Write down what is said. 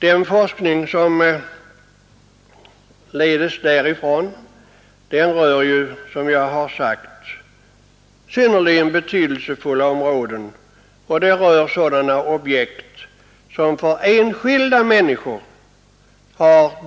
Den forskning som leds därifrån rör, som jag har sagt, synnerligen betydelsefulla områden, objekt som har direkt betydelse för enskilda människor.